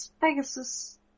Pegasus